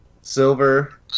Silver